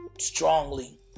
strongly